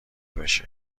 باشه